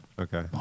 Okay